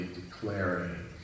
declaring